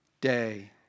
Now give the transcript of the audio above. day